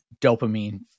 dopamine